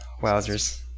Wowzers